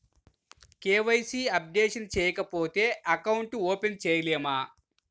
KYC updation చేయకపోతే account open చేయలేమా?